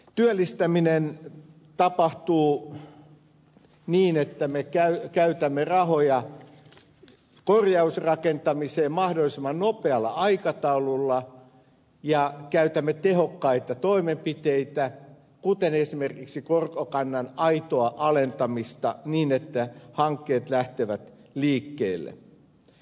työllistäminen tapahtuu niin että me käytämme rahoja korjausrakentamiseen mahdollisimman nopealla aikataululla ja käytämme tehokkaita toimenpiteitä kuten esimerkiksi korkokannan aitoa alentamista niin että hankkeet lähtevät liikkeelle